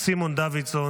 סימון דוידסון,